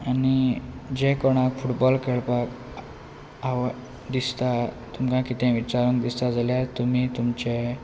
आनी जे कोणाक फुटबॉल खेळपाक आव दिसता तुमकां कितें विचारून दिसता जाल्यार तुमी तुमचे